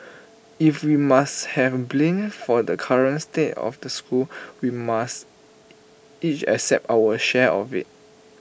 if we must have blame for the current state of the school we must each accept our share of IT